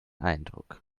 eindruck